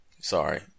sorry